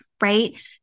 right